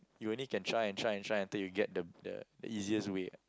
you only can try and try and try until you get the easiest way